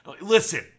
Listen